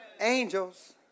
Angels